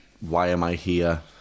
why-am-I-here